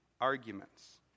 arguments